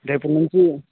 రేపటి నుంచి